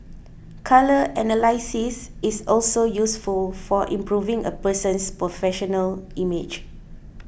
colour analysis is also useful for improving a person's professional image